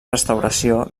restauració